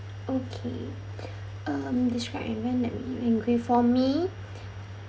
okay um describe an event that make you angry for me